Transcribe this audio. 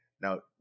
Now